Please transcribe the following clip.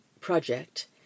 project